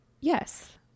yes